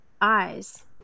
eyes